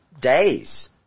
days